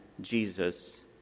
Jesus